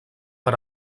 per